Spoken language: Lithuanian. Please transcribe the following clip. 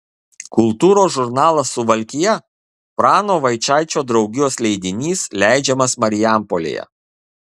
kultūros žurnalas suvalkija prano vaičaičio draugijos leidinys leidžiamas marijampolėje